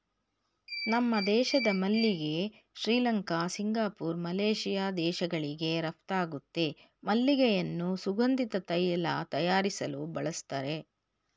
ನಮ್ಮ ದೇಶದ ಮಲ್ಲಿಗೆ ಶ್ರೀಲಂಕಾ ಸಿಂಗಪೂರ್ ಮಲೇಶಿಯಾ ದೇಶಗಳಿಗೆ ರಫ್ತಾಗುತ್ತೆ ಮಲ್ಲಿಗೆಯನ್ನು ಸುಗಂಧಿತ ತೈಲ ತಯಾರಿಸಲು ಬಳಸ್ತರೆ